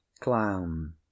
Clown